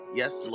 yes